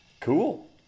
Cool